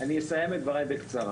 אני אסיים את דבריי בקצרה.